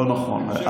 לא נכון.